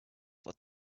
would